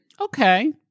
Okay